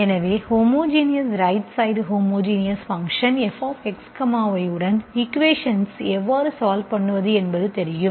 எனவே homogeneous right side homogeneous function f xy உடன் equations எவ்வாறு சால்வ் பண்ணுவது என்பது தெரியும்